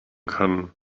können